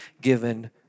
given